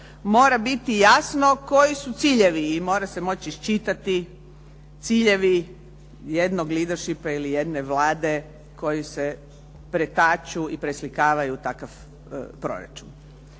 mora biti jasno koji su ciljevi i mora se moći iščitati ciljevi jednog leadershipa ili jedne vlade koju se pretaču i preslikavaju takav proračun.